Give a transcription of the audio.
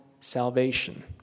salvation